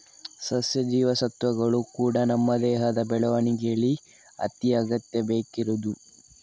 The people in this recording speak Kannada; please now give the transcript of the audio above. ಸಸ್ಯ ಜೀವಸತ್ವಗಳು ಕೂಡಾ ನಮ್ಮ ದೇಹದ ಬೆಳವಣಿಗೇಲಿ ಅತಿ ಅಗತ್ಯ ಬೇಕಿರುದು